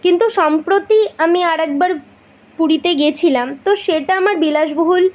কিন্তু সম্প্রতি আমি আর একবার পুরীতে গিয়েছিলাম তো সেটা আমার বিলাসবহুল